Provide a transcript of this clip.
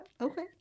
Okay